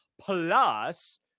plus